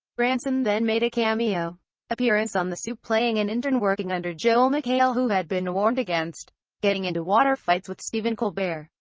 branson then made a cameo appearance on the soup playing an intern working under joel mchale who had been warned against getting into water fights with stephen colbert,